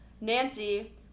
Nancy